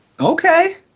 Okay